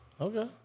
Okay